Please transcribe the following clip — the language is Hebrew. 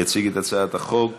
יציג את הצעת החוק